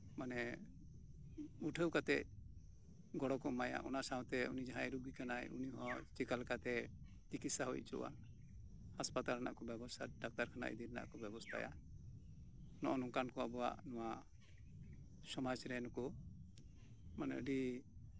ᱢᱟᱱᱮ ᱩᱴᱷᱟᱹᱣ ᱠᱟᱛᱮ ᱜᱚᱲᱚ ᱠᱚ ᱮᱢᱟᱭᱟ ᱚᱱᱟ ᱥᱟᱶᱛᱮ ᱩᱱᱤ ᱡᱟᱦᱟᱸᱭ ᱨᱩᱜᱤ ᱠᱟᱱᱟᱭ ᱩᱱᱤ ᱦᱚᱸ ᱪᱤᱠᱟᱞᱮᱠᱟᱛᱮ ᱛᱤᱠᱤᱥᱥᱟ ᱦᱳᱭ ᱦᱚᱪᱚᱜᱼᱟᱭ ᱦᱟᱸᱥᱯᱟᱛᱟᱞ ᱨᱮᱱᱟᱜ ᱠᱚ ᱵᱮᱵᱚᱥᱛᱷᱟᱭᱟ ᱰᱟᱠᱛᱟᱨ ᱠᱷᱟᱱᱟ ᱤᱫᱤ ᱨᱮᱱᱟᱜ ᱠᱚ ᱵᱮᱵᱚᱥᱛᱷᱟᱭᱟ ᱱᱚᱜᱼᱚ ᱱᱚᱝᱠᱟᱱ ᱠᱚ ᱟᱵᱚᱣᱟᱜ ᱥᱚᱢᱟᱡᱽ ᱨᱮᱱ ᱱᱩᱠᱩ ᱢᱟᱱᱮ ᱟᱹᱰᱤ